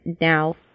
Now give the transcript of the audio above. now